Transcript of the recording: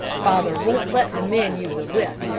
father won't let the men use a whip,